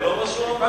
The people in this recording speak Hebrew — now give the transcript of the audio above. זה לא מה שהוא אמר.